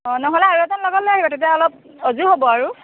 অঁ নহ'লে আৰু এজন লগত লৈ আহিব তেতিয়া অলপ উজু হ'ব আৰু